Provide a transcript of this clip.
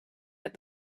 that